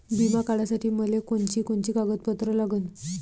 बिमा काढासाठी मले कोनची कोनची कागदपत्र लागन?